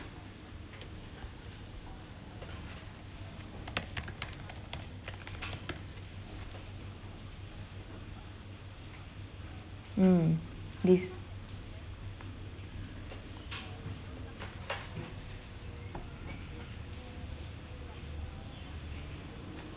mm this